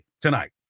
tonight